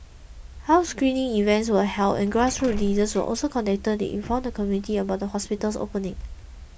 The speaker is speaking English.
health screening events were held and grassroots leaders were also contacted inform the community about the hospital's opening